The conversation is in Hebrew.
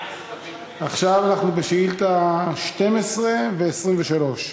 עכשיו אנחנו בשאילתות 12 ו-23.